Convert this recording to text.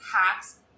hacks